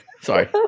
Sorry